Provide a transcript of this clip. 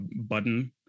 button